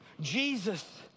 Jesus